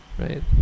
right